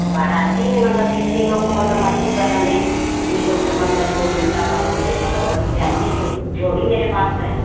बाराती में मतलब कितने लोग को मतलब मछली पसंद है कितने लोग को मतलब मुर्ग़ा पसंद है मतलब यदि चाहिए तो वह भी मेरे पास है